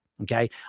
Okay